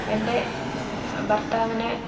എൻ്റെ ഭർത്താവിന്